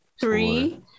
three